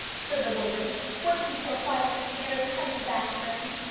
said the woman, pointing to a fire in a tiny back room.